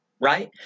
right